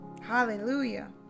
hallelujah